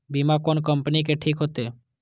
बीमा कोन कम्पनी के ठीक होते?